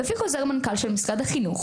לפי חוזר מנכ"ל של משרד החינוך,